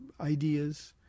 ideas